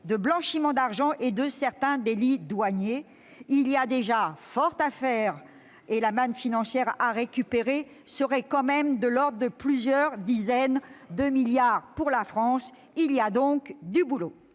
blanchiment d'argent et certains délits douaniers. Il y a déjà fort à faire, et la manne financière à récupérer serait de l'ordre de plusieurs dizaines de milliards pour la France ! Il y a donc du boulot